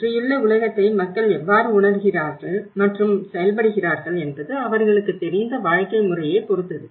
சுற்றியுள்ள உலகத்தை மக்கள் எவ்வாறு உணருகிறார்கள் மற்றும் செயல்படுகிறார்கள் என்பது அவர்களுக்குத் தெரிந்த வாழ்க்கை முறையைப் பொறுத்தது